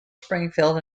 springfield